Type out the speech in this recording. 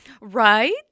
Right